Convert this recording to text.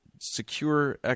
secure